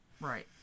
Right